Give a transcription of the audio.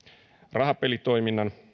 rahapelitoiminnan